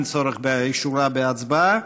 אין צורך באישורה בהצבעה.